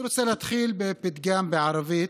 אני רוצה להתחיל בפתגם בערבית,